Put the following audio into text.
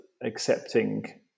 accepting